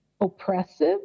oppressive